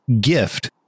gift